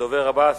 הדובר הבא,